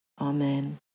Amen